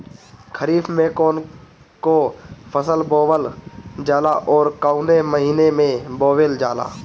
खरिफ में कौन कौं फसल बोवल जाला अउर काउने महीने में बोवेल जाला?